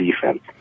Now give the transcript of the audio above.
defense